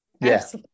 yes